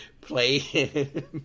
Play